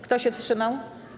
Kto się wstrzymał?